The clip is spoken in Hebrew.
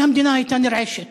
כל המדינה הייתה נרעשת.